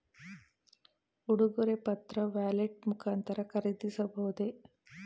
ಉಡುಗೊರೆ ಪತ್ರ ವ್ಯಾಲೆಟ್ ಮುಖಾಂತರ ಖರೀದಿಸಬಹುದೇ?